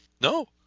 No